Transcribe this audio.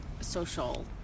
social